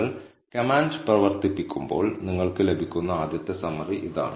നിങ്ങൾ കമാൻഡ് പ്രവർത്തിപ്പിക്കുമ്പോൾ നിങ്ങൾക്ക് ലഭിക്കുന്ന ആദ്യത്തെ സമ്മറി ഇതാണ്